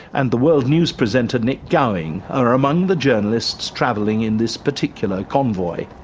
and the world news presenter, nik gowing, are among the journalists travelling in this particular convoy.